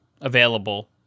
available